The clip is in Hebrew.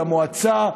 למועצה,